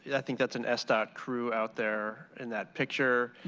i think that's an sdot crew out there in that picture.